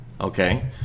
Okay